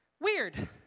weird